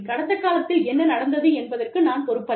கடந்த காலத்தில் என்ன நடந்தது என்பதற்கு நான் பொறுப்பல்ல